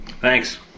Thanks